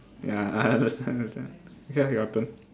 ya I understand understand okay lah your turn